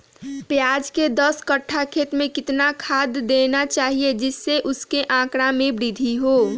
प्याज के दस कठ्ठा खेत में कितना खाद देना चाहिए जिससे उसके आंकड़ा में वृद्धि हो?